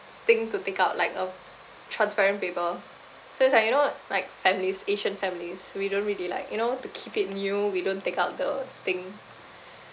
thing to take out like a transparent paper so it's like you know like families asian families we don't really like you know to keep it new we don't take out the thing